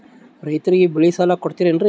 ರೈತರಿಗೆ ಬೆಳೆ ಸಾಲ ಕೊಡ್ತಿರೇನ್ರಿ?